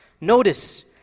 notice